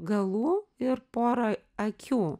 galų ir pora akių